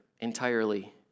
entirely